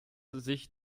sich